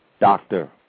doctor